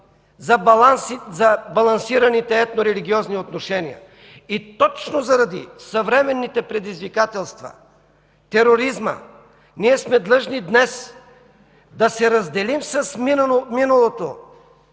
за балансираните етнорелигиозни отношения. И точно заради съвременните предизвикателства – тероризма, ние сме длъжни днес да се разделим с миналото